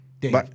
Dave